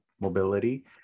mobility